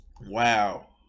Wow